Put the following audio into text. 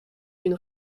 une